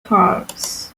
cars